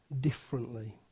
differently